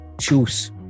choose